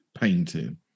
painting